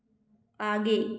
आगे